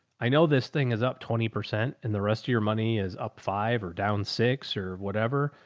i know this thing is up twenty percent and the rest of your money is up five or down six or whatever,